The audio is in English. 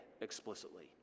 explicitly